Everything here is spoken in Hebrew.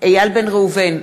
איל בן ראובן,